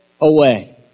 away